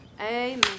Amen